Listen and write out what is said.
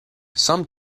some